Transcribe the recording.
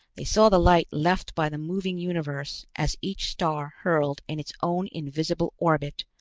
they saw the light left by the moving universe as each star hurled in its own invisible orbit,